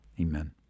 amen